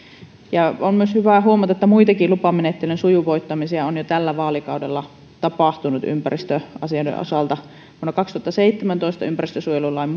on myös hyvä huomata että muitakin lupamenettelyn sujuvoittamisia on jo tällä vaalikaudella tapahtunut ympäristöasioiden osalta vuonna kaksituhattaseitsemäntoista ympäristönsuojelulain